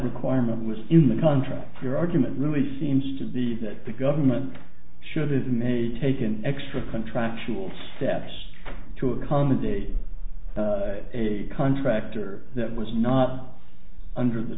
requirement was in the contract your argument really seems to be that the government should have made take an extra contractual steps to accommodate a contractor that was not under the